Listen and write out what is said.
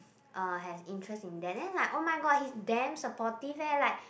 uh has interest in that then like oh-my-god he's damn supportive eh like